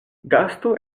gasto